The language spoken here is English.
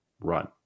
run